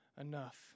enough